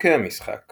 חוקי המשחק